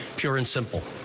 pure and simple.